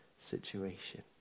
situation